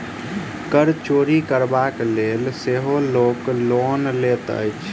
कर चोरि करबाक लेल सेहो लोक लोन लैत अछि